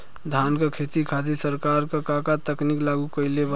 धान क खेती खातिर सरकार का का तकनीक लागू कईले बा?